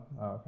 Okay